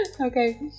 Okay